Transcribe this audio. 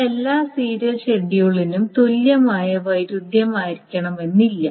അത് എല്ലാ സീരിയൽ ഷെഡ്യൂളിനും തുല്യമായ വൈരുദ്ധ്യമായിരിക്കണമെന്നില്ല